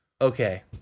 Okay